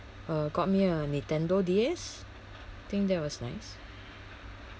uh got me a nintendo D_S think that was nice